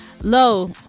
Low